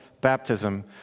baptism